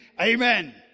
Amen